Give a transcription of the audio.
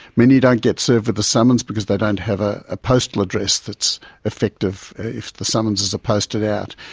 many don't get served with a summons because they don't have ah a postal address that's effective if the summonses are posted out.